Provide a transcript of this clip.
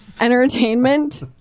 entertainment